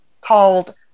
called